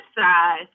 side